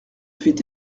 fait